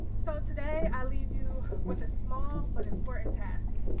so today i leave you with a small but important task,